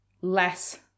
less